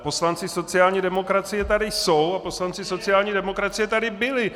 Poslanci sociální demokracie tady jsou a poslanci sociální demokracie tady byli.